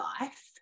life